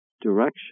direction